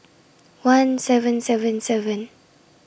one seven seven seven